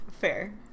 fair